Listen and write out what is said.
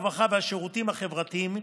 הרווחה והשירותים החברתיים,